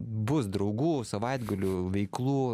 bus draugų savaitgalių veiklų